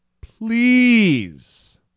Please